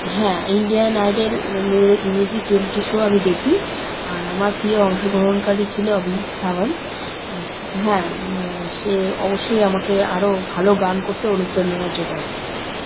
হ্যাঁ Indian Idol মউ music reality show আমি দেখি আর আমার প্রিয় অংশগ্রহণকারী ছিল অভিজিৎ সাওয়ন্ত হ্যাঁ সে অবশ্যই আমাকে আরও ভালো গান করতে অনুপ্রেরণা যোগায়